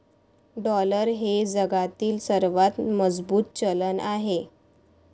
dollar हे जगातील सर्वात मजबूत चलन आहे